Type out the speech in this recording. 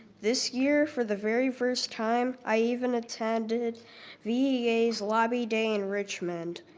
this year for the very first time, i even attended vea's lobby day enrichment.